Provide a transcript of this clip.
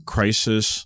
Crisis